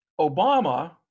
Obama